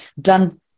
done